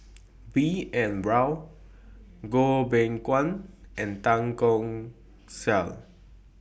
B N Rao Goh Beng Kwan and Tan Keong Saik